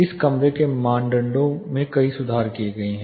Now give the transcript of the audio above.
इस कमरे के मानदंडों में कई सुधार हुए हैं